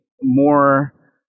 more